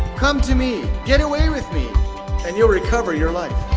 come to me. get away with me and you'll recover your life.